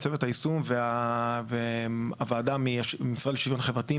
צוות היישום והוועדה מהמשרד לשוויון חברתי,